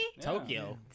Tokyo